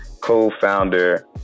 co-founder